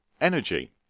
energy